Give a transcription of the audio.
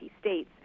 State's